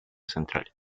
central